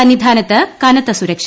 സന്നിധാനത്ത് കനത്ത സുരക്ഷ